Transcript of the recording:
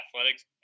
athletics